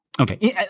Okay